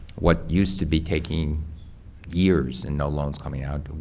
what used to be taking years and no loans coming out,